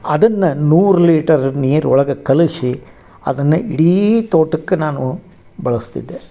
ಅದನ್ನ ನೂರು ಲೀಟರ್ ನೀರು ಒಳಗೆ ಕಲಸಿ ಅದನ್ನ ಇಡೀ ತೋಟಕ್ಕೆ ನಾನು ಬಳಸ್ತಿದ್ದೆ